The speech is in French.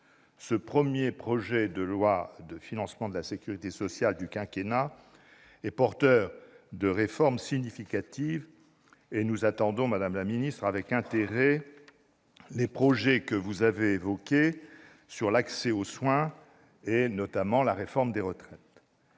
ce premier projet de loi de financement de la sécurité sociale du quinquennat est porteur de réformes significatives. Nous attendons avec intérêt, madame la ministre, les projets que vous avez évoqués concernant l'accès aux soins et, notamment, la réforme des retraites.